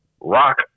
rock